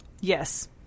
Yes